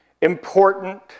important